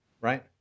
Right